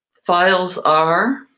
files are.